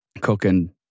cooking